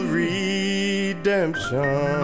redemption